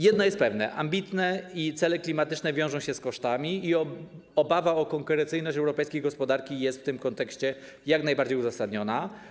Jedno jest pewne: ambitne cele klimatyczne wiążą się z kosztami i obawa o konkurencyjność europejskiej gospodarki jest w tym kontekście jak najbardziej uzasadniona.